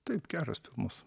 taip geras filmas